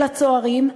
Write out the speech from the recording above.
אל הצוערים,